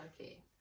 okay